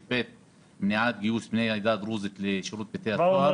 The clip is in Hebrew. ב' על גיוס בני העדה הדרוזית לשירות בתי הסוהר.